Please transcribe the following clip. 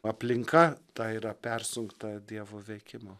aplinka tai yra persunkta dievo veikimo